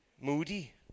Moody